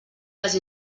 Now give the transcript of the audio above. les